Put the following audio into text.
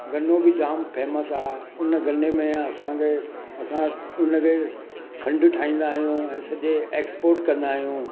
गन्नो बि जाम फेमस आहे उन गन्ने में असांखे असां उन खे खंड ठाहींदा आहियूं ऐं सॼे एक्सपोर्ट कंदा आहियूं